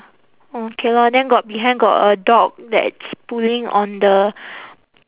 orh okay lor then got behind got a dog that's pulling on the